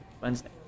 Wednesday